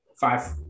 five